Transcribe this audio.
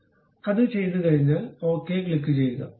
അതിനാൽ അത് ചെയ്തുകഴിഞ്ഞാൽ ഓക്കേ ക്ലിക്കുചെയ്യുക